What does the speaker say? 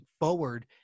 forward